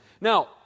Now